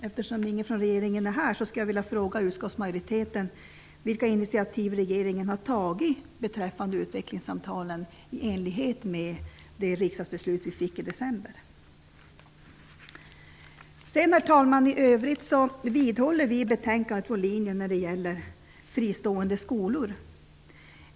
Eftersom ingen från regeringen är här skulle jag vilja fråga utskottsmajoriteten vilka initiativ regeringen har tagit beträffande utvecklingssamtalen i enlighet med det riksdagsbeslut vi fick i december. Herr talman! I övrigt vidhåller vi i betänkandet vår linje när det gäller fristående skolor.